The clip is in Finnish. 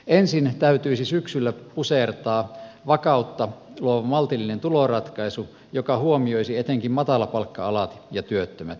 ensin täytyisi syksyllä pusertaa vakautta luomalla maltillinen tuloratkaisu joka huomioisi etenkin matalapalkka alat ja erityisesti kuitenkin työttömät